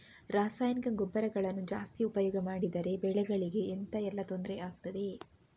ರಾಸಾಯನಿಕ ಗೊಬ್ಬರಗಳನ್ನು ಜಾಸ್ತಿ ಉಪಯೋಗ ಮಾಡಿದರೆ ಬೆಳೆಗಳಿಗೆ ಎಂತ ಎಲ್ಲಾ ತೊಂದ್ರೆ ಆಗ್ತದೆ?